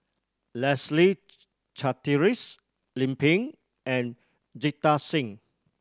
Leslie Charteris Lim Pin and Jita Singh